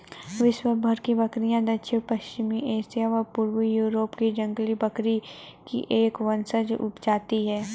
विश्वभर की बकरियाँ दक्षिण पश्चिमी एशिया व पूर्वी यूरोप की जंगली बकरी की एक वंशज उपजाति है